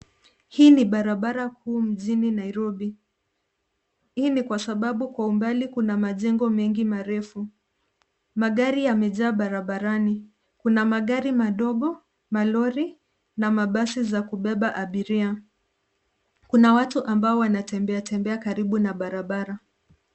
Hii ni barabara kuu mjini Nairobi. Hii ni kwa sababu kwa umbali kuna majengo mengi marefu. Magari yamejaa barabarani. Kuna magari madogo, malori na mabasi za kubeba abiria. Kuna watu ambao wanatembea tembea karibu na barabara.